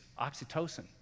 oxytocin